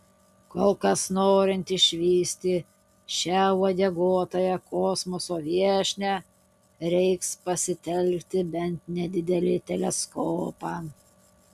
kol kas norint išvysti šią uodeguotąją kosmoso viešnią reiks pasitelkti bent nedidelį teleskopą